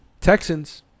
Texans